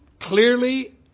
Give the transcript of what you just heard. clearly